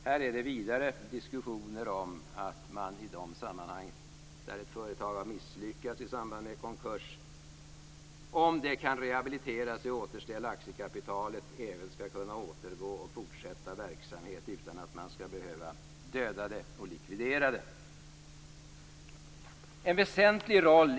Det förs vidare diskussioner om att ett företag som har misslyckats i samband med konkurs skall kunna återgå till och fortsätta sin verksamhet utan att man skall behöva döda och likvidera företaget, om det kan rehabiliteras och aktiekapitalet kan återställas.